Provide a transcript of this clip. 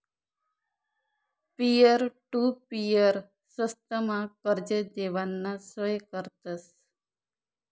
peer to peer स्वस्तमा कर्ज देवाना सोय करतस